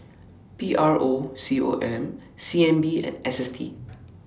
P R O C O M C N B and S S T